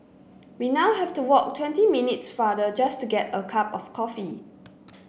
we now have to walk twenty minutes farther just to get a cup of coffee